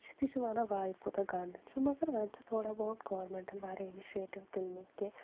أسۍ چھِ تہِ چھِ وَنان وا یہِ کوٗتاہ گَنٛدٕ چھُ مگر وۄنۍ چھُ تھوڑا بہت گورمنٹَن واریاہ اِنِشیٹِو تُلمٕتۍ کہِ